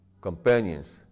companions